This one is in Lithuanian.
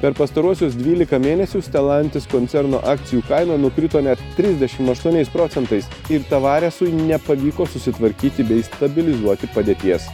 per pastaruosius dvylika mėnesių stelantis koncerno akcijų kaina nukrito net trisdešim aštuoniais procentais ir tavaresui nepavyko susitvarkyti bei stabilizuoti padėties